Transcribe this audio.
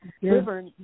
river